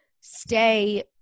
stay